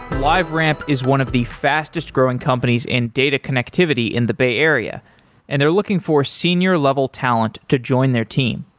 liveramp is one of the fastest growing companies in data connectivity in the bay area and they're looking for senior level talent to join their team.